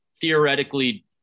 theoretically